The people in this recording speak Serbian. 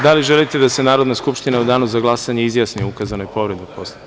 Da li želite da se Narodna skupština u danu za glasanje izjasni o ukazanoj povredi?